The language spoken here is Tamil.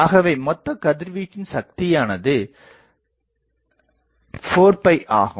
ஆகவே மொத்த கதிர்வீச்சின் சக்தியானது 4 ஆகும்